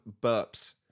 burps